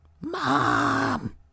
Mom